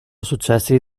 successi